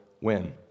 win